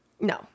No